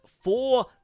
four